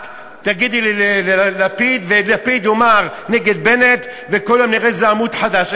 את תגידי ללפיד ולפיד יאמר נגד בנט וכל יום נראה איזה עמוד חדש.